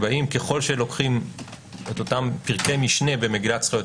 ככל שלוקחים את אותם פרקי משנה במגילת זכויות